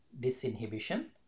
disinhibition